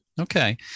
Okay